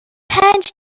پنج